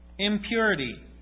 Impurity